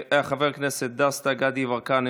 חבר הכנסת דסטה גדי יברקן,